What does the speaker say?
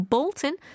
Bolton